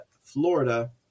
Florida